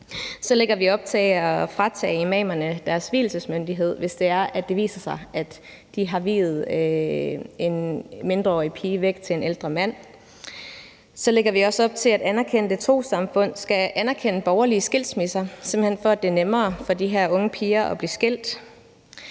Så lægger vi op til at fratage imamerne deres vielsesmyndighed, hvis det viser sig, at de har viet en mindreårig pige til en ældre mand. Så lægger vi også op til, at anerkendte trossamfund skal anerkende borgerlige skilsmisser, simpelt hen for at det er nemmere for de her unge piger at blive skilt.